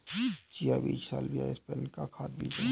chia बीज salvia hispanica के खाद्य बीज हैं